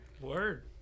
Word